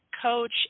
Coach